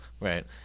Right